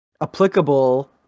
applicable